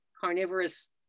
carnivorous